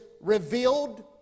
revealed